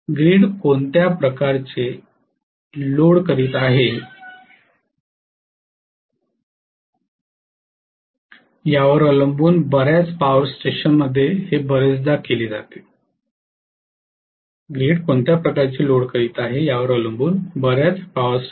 grid कोणत्या प्रकारचे load करीत आहे यावर अवलंबून बऱ्याच पॉवर स्टेशनमध्ये हे बरेचदा केले जाते